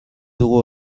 dugu